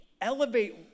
elevate